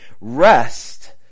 rest